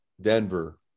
Denver